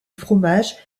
fromage